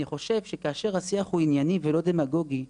כאשר השיח הוא ענייני ולא דמגוגי,